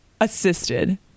assisted